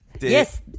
Yes